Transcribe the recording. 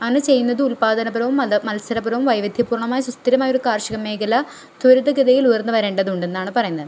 അങ്ങനെ ചെയ്യുന്നത് ഉൽപാദനപരവും മത മത്സരപരവും വൈവിധ്യ പൂർണമായ സുസ്ഥിര പരമായ ഒരു കാർഷിക മേഖല ത്വരിത ഗതിയിൽ ഉയർന്നു വരേണ്ടത് ഉണ്ടെന്നാണ് പറയുന്നത്